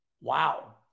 Wow